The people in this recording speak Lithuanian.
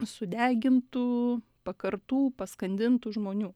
sudegintų pakartų paskandintų žmonių